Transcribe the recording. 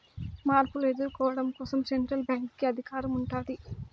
మార్పులు ఎదుర్కోవడం కోసం సెంట్రల్ బ్యాంక్ కి అధికారం ఉంటాది